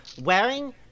wearing